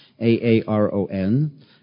A-A-R-O-N